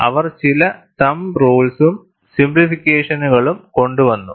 അവർ ചില തംബ് റൂൾസും സിംപ്ലിഫിക്കേഷനുകളും കൊണ്ടുവന്നു